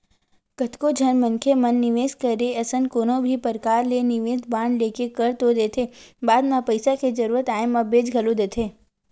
कतको झन मनखे मन निवेस करे असन कोनो भी परकार ले निवेस बांड लेके कर तो देथे बाद म पइसा के जरुरत आय म बेंच घलोक देथे